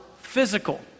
Physical